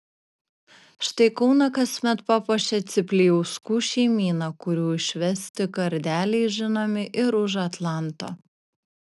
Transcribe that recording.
štai kauną kasmet papuošia ciplijauskų šeimyna kurių išvesti kardeliai žinomi ir už atlanto